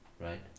right